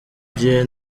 gihe